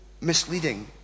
misleading